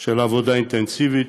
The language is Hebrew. של עבודה אינטנסיבית.